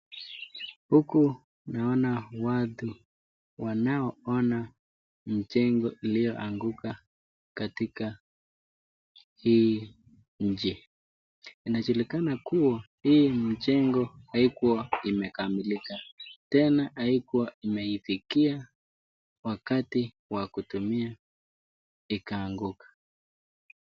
Huku naona watu wanaiona mchengo iliyoanguka katika hii mji, inajulikana kuwa hii mchengo haikuwa imekamilika tena haikuwa imeifikia wakati wa kutumia ikanguka.